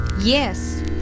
yes